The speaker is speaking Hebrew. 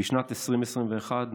ובשנת 2021,